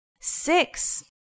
six